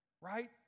Right